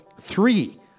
Three